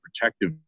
protective